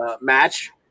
match